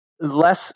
less